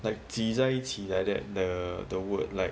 like 挤在一起 like that the the word like